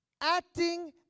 acting